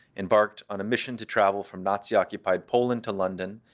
embarked on a mission to travel from nazi occupied poland to london,